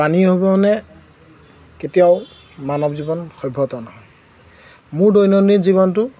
পানী অবিহনে কেতিয়াও মানৱ জীৱন সভ্যতা নহয় মোৰ দৈনন্দিন জীৱনটো